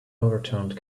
overturned